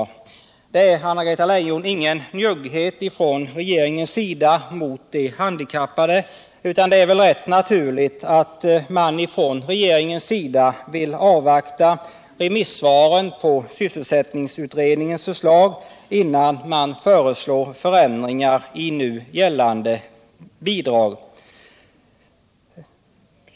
Det är, Anna-Greta Leijon, ingen njugghet från regeringens sida mot de handikappade, utan det är väl rätt naturligt att regeringen vill avvakta remissvaren på sysselsättningsutredningens förslag innan man föreslår förändringar av nu gällande bidrag.